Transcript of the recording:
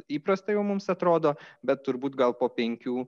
įprasta jau mums atrodo bet turbūt gal po penkių